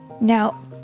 Now